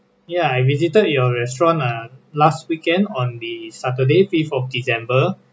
ya I visited your restaurant ah last weekend on the saturday fifth of december